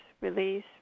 release